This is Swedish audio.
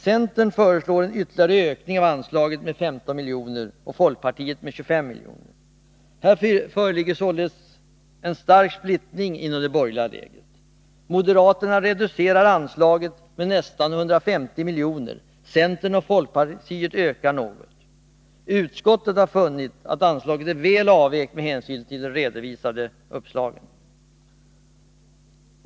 Centern föreslår en ytterligare ökning av anslaget med 15 milj.kr. och folkpartiet med 25 milj.kr. Här föreligger således en stark splittring inom det borgerliga lägret. Moderaterna vill reducera anslaget med nästan 150 milj.kr., centern och folkpartiet ökar det något. Utskottet har funnit att anslaget är väl avvägt med hänsyn till de redovisade uppslagen.